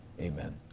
Amen